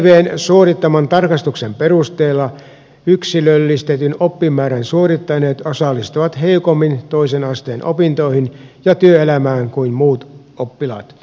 vtvn suorittaman tarkastuksen perusteella yksilöllistetyn oppimäärän suorittaneet osallistuvat heikommin toisen asteen opintoihin ja työelämään kuin muut oppilaat